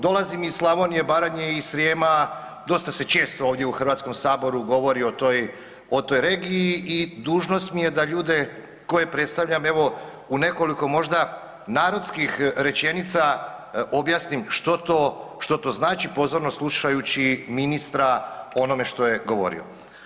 Dolazim iz Slavonije, Baranje i Srijema, dosta se često ovdje u Hrvatskome saboru govori o toj regiji i dužnost mi je da ljude koje predstavljam, evo, u nekoliko možda narodskih rečenica objasnim što to, što to znači pozorno slušajući ministra o onome što je govorio.